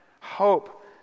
hope